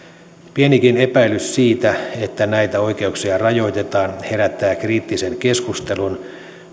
pienikin epäilys siitä että näitä oikeuksia rajoitetaan herättää kriittisen keskustelun